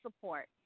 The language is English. support